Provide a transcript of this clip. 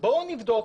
בואו נבדוק